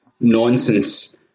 nonsense